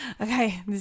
Okay